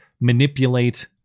manipulate